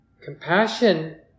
Compassion